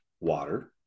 water